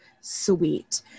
sweet